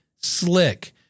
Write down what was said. slick